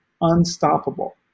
unstoppable